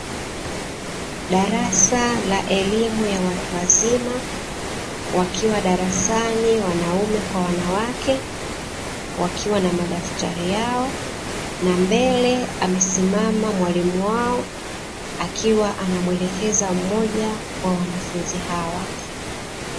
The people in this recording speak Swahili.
Darasa la elimu ya watu wazima wakiwa darasani, wanaume kwa wanawake wakiwa na madaftari yao, na mbele amesimama mwalimu wao akiwa anamuelekeza mmoja wa wanafunzi hawa.